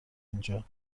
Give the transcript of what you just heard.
اونجا